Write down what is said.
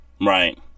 right